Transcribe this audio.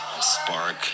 spark